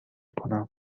کنم